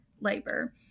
labor